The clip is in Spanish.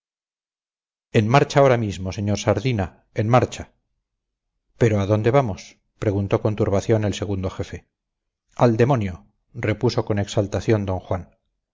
en marcha ahora mismo señor sardina en marcha pero a dónde vamos preguntó con turbación el segundo jefe al demonio repuso con exaltación d juan